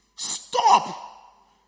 Stop